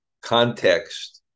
Context